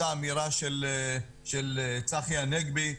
אותה אמירה של צחי הנגבי,